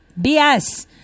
BS